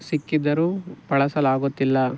ಸಿಕ್ಕಿದ್ದರೂ ಬಳಸಲಾಗುತ್ತಿಲ್ಲ